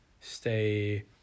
Stay